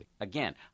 Again